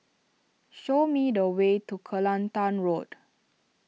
show me the way to Kelantan Road